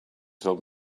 told